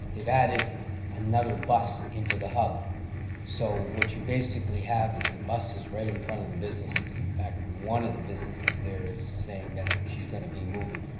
they've added another bus into the hub so what you basically have is the buses right in front of the businesses, in fact, one of the businesses there is saying that she's going to be moving.